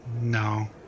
No